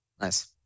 Nice